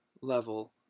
level